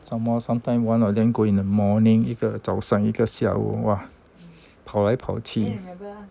some more sometime one of them go in the morning 一个早上一个下午哇跑来跑去